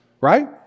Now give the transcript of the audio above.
right